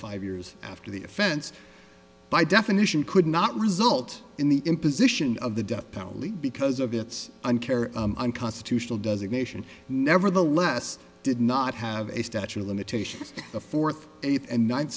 five years after the offense by definition could not result in the imposition of the death penalty because of it's an care unconstitutional designation nevertheless did not have a statute of limitations a fourth eighth and ninth